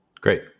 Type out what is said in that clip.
Great